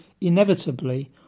inevitably